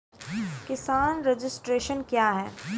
किसान रजिस्ट्रेशन क्या हैं?